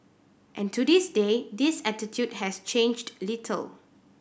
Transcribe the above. and to this day this attitude has changed little